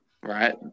Right